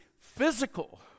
physical